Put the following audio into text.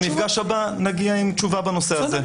למפגש הבא נגיע עם תשובה בנושא הזה.